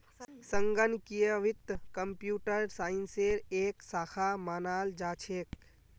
संगणकीय वित्त कम्प्यूटर साइंसेर एक शाखा मानाल जा छेक